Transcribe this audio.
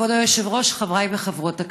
כבוד היושב-ראש, חברי וחברות הכנסת,